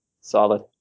solid